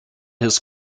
his